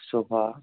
sofa